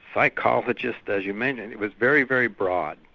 psychologists. as you mentioned, it was very, very broad.